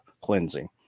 cleansing